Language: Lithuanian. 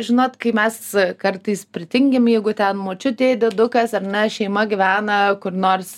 žinot kai mes kartais pritingim jeigu ten močiutė diedukas ar ne šeima gyvena kur nors